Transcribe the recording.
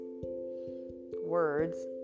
words